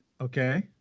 Okay